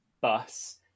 bus